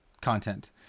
content